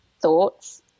thoughts